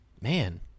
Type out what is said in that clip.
man